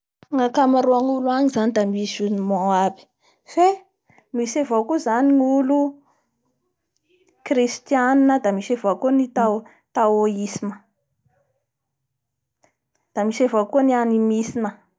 Ny fataon'olo a Tailandy agny koa zany da izao gnolo agny zany la ny dimy ambin'ny sivifolo da boudisme, mampiasa an'izao boudisme treravada zao ny olo angny ka ny sasasany amindreo avao ro musuman da misy avao koa ny ao ny indou da misy avao koa ny ao ny ckristianina fa i boudiste toy zany ro tena fototsy ny fiegna amindreo agny koa